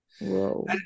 Whoa